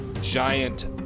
giant